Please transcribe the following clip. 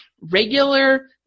regular